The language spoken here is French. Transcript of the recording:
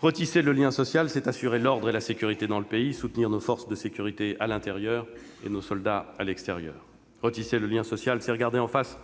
Retisser le lien social, c'est assurer l'ordre et la sécurité dans le pays, soutenir nos forces de sécurité à l'intérieur et nos soldats à l'extérieur. Retisser le lien social, c'est regarder en face